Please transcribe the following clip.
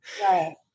right